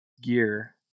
Gear